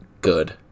good